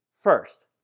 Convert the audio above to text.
First